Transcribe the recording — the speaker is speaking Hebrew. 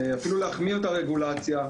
אפילו להחמיר את הרגולציה,